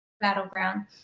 battleground